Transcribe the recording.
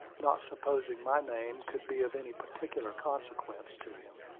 not supposing my name could be of any particular consequence to him.